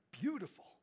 beautiful